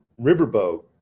riverboat